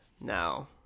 now